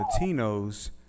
Latinos